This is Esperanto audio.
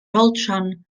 dolĉan